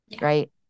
right